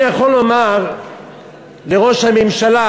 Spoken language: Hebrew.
אני יכול לומר לראש הממשלה,